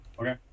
Okay